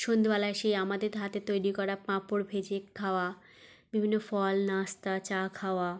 সন্ধ্যেবেলায় সেই আমাদের হাতে তৈরি করা পাঁপড় ভেজে খাওয়া বিভিন্ন ফল নাস্তা চা খাওয়া